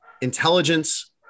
intelligence